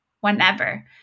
whenever